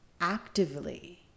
actively